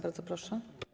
Bardzo proszę.